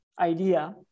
idea